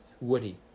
woody